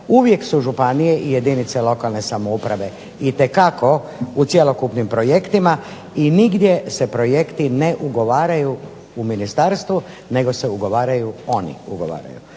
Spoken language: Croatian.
uvijek su županije i jedinice lokalne samouprave itekako u cjelokupnim projektima i nigdje se projekti ne ugovaraju u Ministarstvu nego se ugovaraju oni ugovaraju.